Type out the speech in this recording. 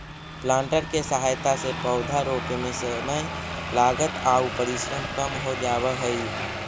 planter के सहायता से पौधा रोपे में समय, लागत आउ परिश्रम कम हो जावऽ हई